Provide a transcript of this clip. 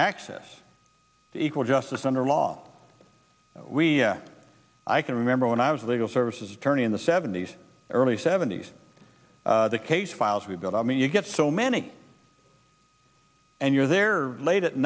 access equal justice under law we i can remember when i was legal services attorney in the seventy's early seventy's the case files we've got i mean you get so many and you're there late at